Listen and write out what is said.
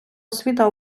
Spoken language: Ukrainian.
освіта